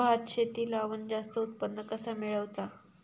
भात शेती लावण जास्त उत्पन्न कसा मेळवचा?